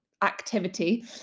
activity